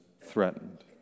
threatened